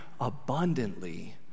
abundantly